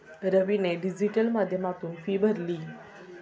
रवीने डिजिटल माध्यमातून फी भरली